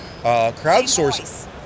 Crowdsourcing